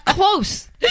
Close